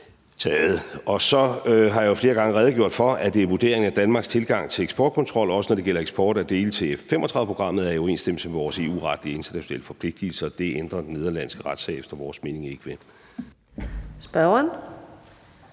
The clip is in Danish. taget. Så har jeg flere gange redegjort for, at det er vurderingen, at Danmarks tilgang til eksportkontrol, også når det gælder eksport af dele til F-35-programmet, er i overensstemmelse med vores EU-retlige og internationale forpligtigelser. Det ændrer den nederlandske retssag efter vores mening ikke ved. Kl.